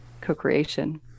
co-creation